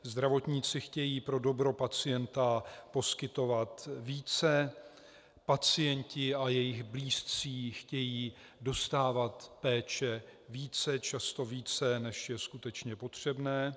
Zdravotníci chtějí pro dobro pacienta poskytovat více, pacienti a jejich blízcí chtějí dostávat péče více, často více, než je skutečně potřebné.